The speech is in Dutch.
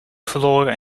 verloren